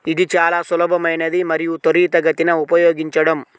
ఇది చాలా సులభమైనది మరియు త్వరితగతిన ఉపయోగించడం